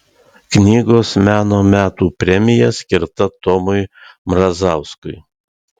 knygos meno metų premija skirta tomui mrazauskui